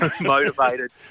motivated